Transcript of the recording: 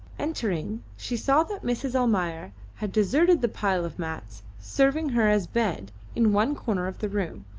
entering, she saw that mrs. almayer had deserted the pile of mats serving her as bed in one corner of the room,